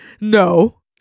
no